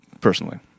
personally